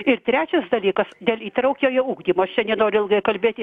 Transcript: ir trečias dalykas dėl įtraukiojo ugdymo aš čia nenoriu ilgai kalbėti